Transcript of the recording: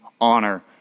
honor